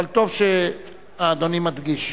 אבל טוב שאדוני מדגיש.